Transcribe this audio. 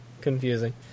confusing